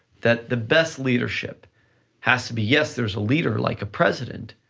that the best leadership has to be, yes, there's a leader like a president,